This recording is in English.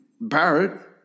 Barrett